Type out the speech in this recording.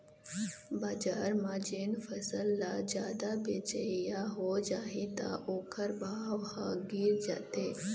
बजार म जेन फसल ल जादा बेचइया हो जाही त ओखर भाव ह गिर जाथे